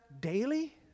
daily